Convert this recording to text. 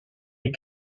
est